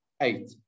eight